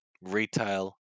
retail